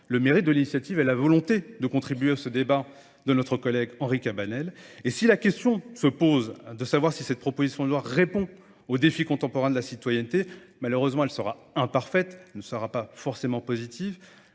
le mérite de l'initiative et la volonté de contribuer à ce débat de notre collègue Henri Cabanel. Et si la question se pose de savoir si cette proposition noire répond aux défis contemporains de la citoyenneté, malheureusement elle sera imparfaite, ne sera pas forcément positive,